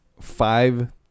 Five